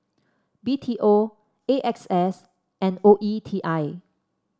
B T O A X S and O E T I